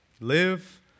Live